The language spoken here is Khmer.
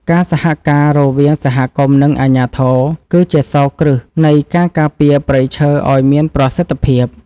ការសហការរវាងសហគមន៍ និងអាជ្ញាធរ គឺជាសោរគ្រឹះនៃការការពារព្រៃឈើឱ្យមានប្រសិទ្ធភាព។